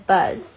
Buzz